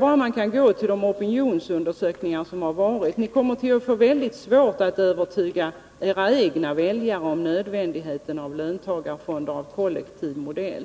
Man kan bara gå till de opinionsundersökningar som har gjorts. Ni kommer att få väldigt svårt att övertyga era egna väljare om nödvändigheten av löntagarfonder av kollektiv modell.